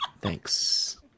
Thanks